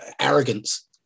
arrogance